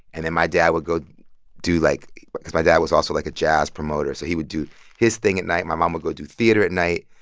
and then my dad would go do, like because my dad was also, like, a jazz promoter, so he would do his thing at night. my mom would go to theater at night.